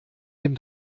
dem